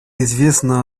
известно